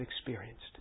experienced